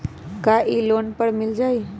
का इ लोन पर मिल जाइ?